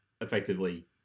effectively